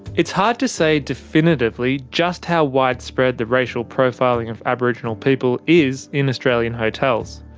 it's hard to say definitively just how widespread the racial profiling of aboriginal people is in australian hotels.